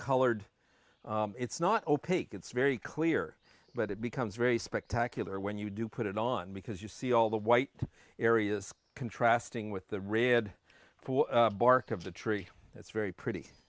colored it's not opaque it's very clear but it becomes very spectacular when you do put it on because you see all the white areas contrasting with the red for bark of the tree that's very pretty